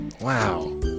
Wow